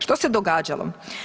Što se događalo?